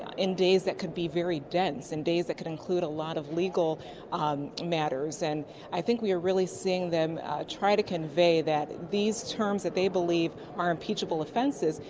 in days that could be very dense and states that could include a lot of legal matters, and i think we are really seeing them try to convey, that these terms that they believe are impeachable offenses,